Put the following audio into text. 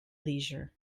leisure